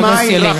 חבר הכנסת ילין,